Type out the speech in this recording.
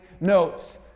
notes